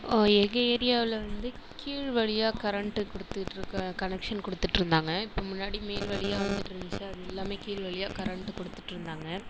எங்கள் ஏரியாவில வந்து கீழ் வழியாக கரண்ட்டு கொடுத்துட்டுருக்க கனெக்ஷன் கொடுத்துட்டுருந்தாங்க இப்போ முன்னாடி மேல் வழியாக வந்துட்டு இருந்துச்சு அது எல்லாமே கீழ் வழியாக கரண்ட்டு கொடுத்துட்டுருந்தாங்க